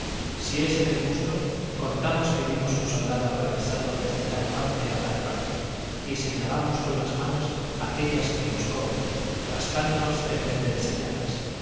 si es en el muslo contamos que vimos un soldado atravesado desde tal parte a tal parte y señalamos con las manos aquellas que nos comen rascándonos en vez de enseñarlas